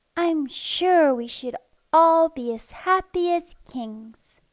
i'm sure we should all be as happy as kings.